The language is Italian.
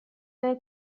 nel